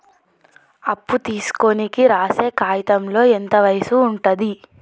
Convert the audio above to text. అప్పు తీసుకోనికి రాసే కాయితంలో ఎంత వయసు ఉంటది?